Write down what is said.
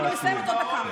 אני מסיימת עוד דקה.